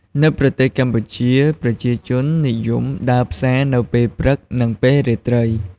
នៅប្រទេសកម្ពុជា ប្រជាជននិយមដើរផ្សារនៅពេលព្រឹក និងពេលរាត្រី។